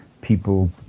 people